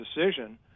decision